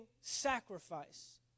sacrifice